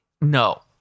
No